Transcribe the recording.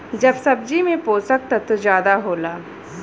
सब सब्जी में पोसक तत्व जादा होला